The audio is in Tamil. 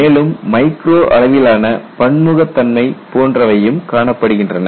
மேலும் மைக்ரோ அளவிலான பன்முகத்தன்மை போன்றவை காணப்படுகின்றன